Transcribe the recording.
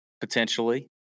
potentially